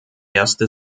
erste